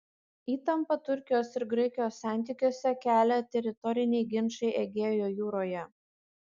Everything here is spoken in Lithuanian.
įtampą turkijos ir graikijos santykiuose kelia teritoriniai ginčai egėjo jūroje